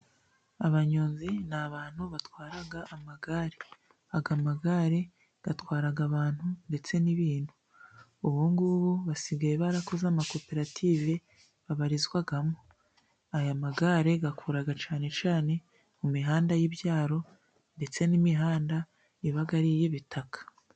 Abanyonzi ni abantu batwara amagare. Aya magare atwara abantu ndetse n'ibintu. Ubugubu basigaye barakoze amakoperative babarizwagamo. Aya magare akora cyane cyane mu mihanda y'ibyaro ndetse n'imihanda iba ari iy'ibitaka.